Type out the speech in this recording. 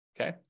okay